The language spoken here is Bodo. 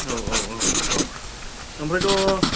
औ औ औ औ ओमफ्रायथ'